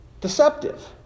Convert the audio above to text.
deceptive